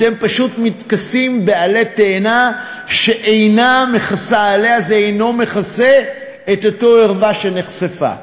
אתם פשוט מתכסים בעלה תאנה שאינו מכסה את אותה ערווה שנחשפה.